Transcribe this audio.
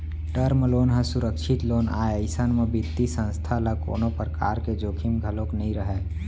term loan ह सुरक्छित loan आय अइसन म बित्तीय संस्था ल कोनो परकार के जोखिम घलोक नइ रहय